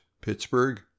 Pittsburgh